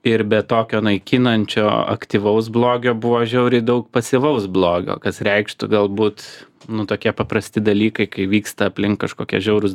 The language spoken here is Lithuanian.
ir be tokio naikinančio aktyvaus blogio buvo žiauriai daug pasyvaus blogio kas reikštų galbūt nu tokie paprasti dalykai kai vyksta aplink kažkokie žiaurūs